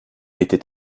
était